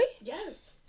Yes